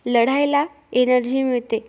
लढायला एनर्जी मिळते